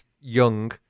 young